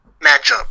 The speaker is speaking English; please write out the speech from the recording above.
matchup